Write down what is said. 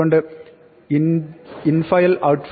അതുകൊണ്ട് infileoutfile